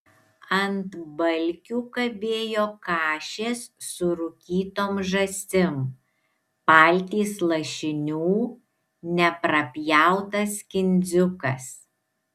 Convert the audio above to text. ant balkių kabėjo kašės su rūkytom žąsim paltys lašinių neprapjautas kindziukas